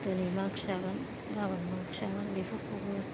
दिनै मा ओंख्रि जागोन गाबोन मा ओंख्रि जागोन बेफोरखौबो